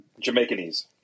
Jamaicanese